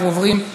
אנחנו עוברים,